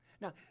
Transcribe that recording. Now